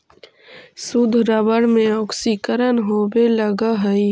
शुद्ध रबर में ऑक्सीकरण होवे लगऽ हई